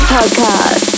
Podcast